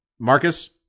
Marcus